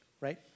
right